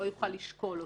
הוא לא יוכל לשקול אותו.